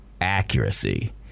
accuracy